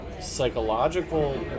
psychological